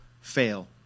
fail